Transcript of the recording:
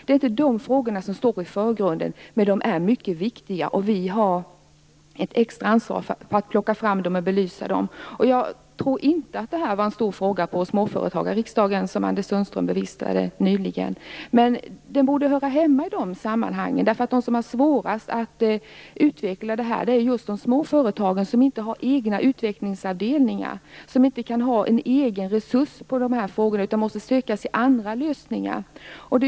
Det är inte de här frågorna som står i förgrunden, men de är mycket viktiga. Vi har ett extra ansvar för att plocka fram och belysa dem. Jag tror inte att det här var en stor fråga på Småföretagarriksdagen som Anders Sundström nyligen bevistade. Men den borde höra hemma i de sammanhangen. De som har det svårast att utveckla detta är just de småföretag som inte har egna utvecklingsavdelningar och som inte kan ha en egen resurs för detta utan måste söka andra lösningar.